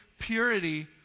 purity